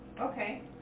Okay